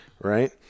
Right